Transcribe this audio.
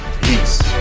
Peace